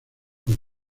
con